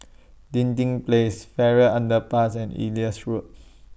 Dinding Place Farrer Underpass and Elias Road